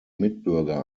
mitbürger